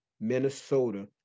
Minnesota